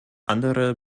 andere